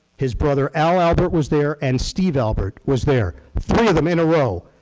his brother, al albert was there and steve albert was there, three of them in a row.